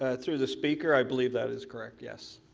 ah through the speaker, i believe that is correct, yes.